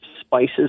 spices